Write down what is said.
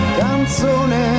canzone